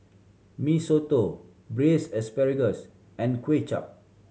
Mee Soto Braised Asparagus and Kway Chap